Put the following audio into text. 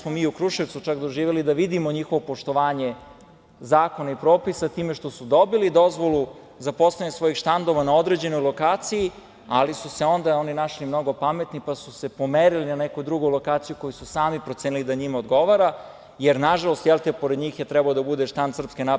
Mi smo u Kruševcu čak doživeli da vidimo njihovo poštovanje zakona i propisa, time što su dobili dozvolu za postavljanje svojih štandova na određenoj lokaciji, ali su se onda oni našli mnogo pametni pa su se pomerili na neku drugu lokaciju koju su sami procenili da njima odgovara, jer, nažalost, pored njih je trebao da bude štand SNS.